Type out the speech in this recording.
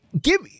give